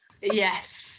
Yes